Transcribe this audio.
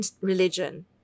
religion